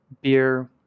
beer